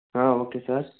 okay sir